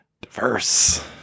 diverse